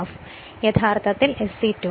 F യഥാർത്ഥത്തിൽ SE2 ആയിരിക്കും